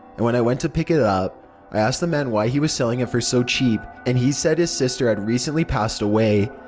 and when i went to pick it up, i asked the man why he was selling it for so cheap, and he said his sister had recently passed away,